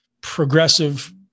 progressive